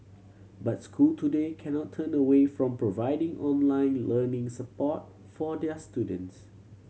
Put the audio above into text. but school today cannot turn away from providing online learning support for their students